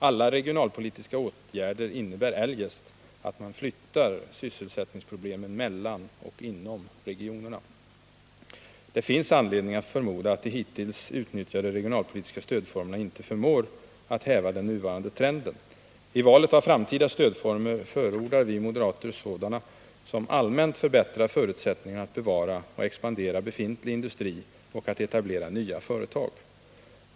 Alla regionalpolitiska åtgärder innebär eljest att man flyttar sysselsättningsproblemen mellan och inom regionerna. Det finns anledning att förmoda att de hittills utnyttjade regionalpolitiska stödformerna inte förmår häva den nuvarande trenden. I valet av framtida stödformer förordar vi moderater sådana som allmänt förbättrar förutsättningarna att bevara och expandera befintlig industri och att etablera nya företag.